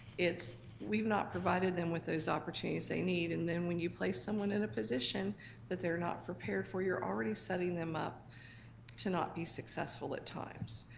it's we've not provided them with those opportunities they need. and then, when you place someone in a position that they're not prepared for, you're already setting them up to not be successful at times.